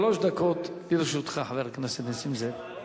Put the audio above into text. שלוש דקות לרשותך, חבר הכנסת נסים זאב.